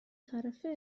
طرفه